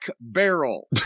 Barrel